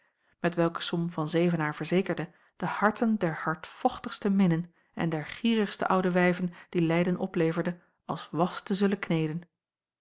met welke som van zevenaer verzekerde de harten der hardvochtigste minnen en der gierigste oude wijven die leyden opleverde als was te zullen kneden